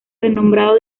renombrado